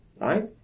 right